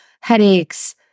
headaches